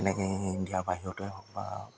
তেনেকৈয়ে ইণ্ডিয়া বাহিৰতেই হওক বা